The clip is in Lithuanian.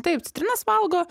taip citrinas valgo